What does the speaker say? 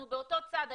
אנחנו באותו צד,